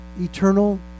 eternal